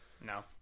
No